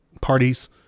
parties